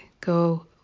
Go